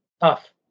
Tough